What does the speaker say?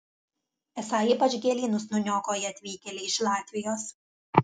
esą ypač gėlynus nuniokoja atvykėliai iš latvijos